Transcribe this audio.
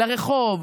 לרחוב,